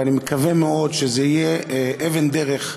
ואני מקווה מאוד שזה יהיה אבן דרך לבאות,